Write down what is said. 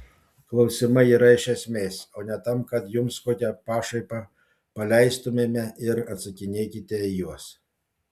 klausimai yra iš esmės o ne tam kad jums kokią pašaipą paleistumėme ir atsakinėkite į juos